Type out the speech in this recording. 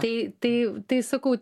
tai tai tai sakau